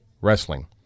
Wrestling